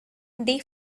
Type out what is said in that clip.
they